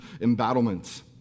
embattlements